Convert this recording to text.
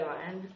one